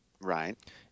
Right